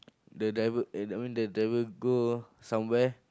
the driver eh I mean the driver go somewhere